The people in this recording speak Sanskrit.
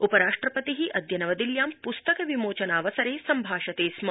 उपराष्ट्रपति अद्य नवदिल्यां पुस्तक विमोचनावसरे सम्भाषते स्म